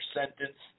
sentence